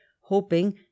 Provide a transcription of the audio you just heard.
hoping